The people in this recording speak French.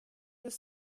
deux